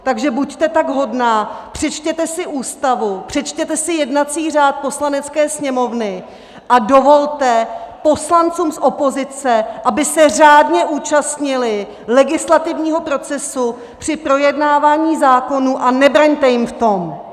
Takže buďte tak hodná, přečtěte si Ústavu, přečtěte si jednací řád Poslanecké sněmovny a dovolte poslancům z opozice, aby se řádně účastnili legislativního procesu při projednávání zákonů, a nebraňte jim v tom!